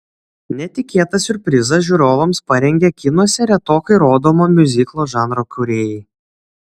netikėtą siurprizą žiūrovams parengė kinuose retokai rodomo miuziklo žanro kūrėjai